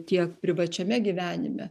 tiek privačiame gyvenime